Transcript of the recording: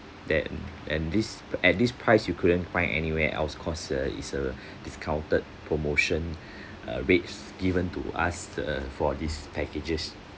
that and this at this price you couldn't find anywhere else cause uh it's a discounted promotion uh rates given to us the for these packages